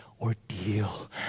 ordeal